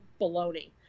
Baloney